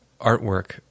artwork